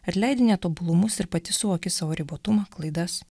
atleidi netobulumus ir pati suvoki savo ribotumą klaidas